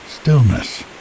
stillness